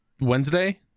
Wednesday